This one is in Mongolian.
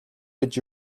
ээж